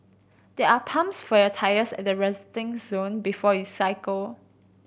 there are pumps for your tyres at the resting zone before you cycle